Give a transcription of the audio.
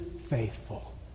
faithful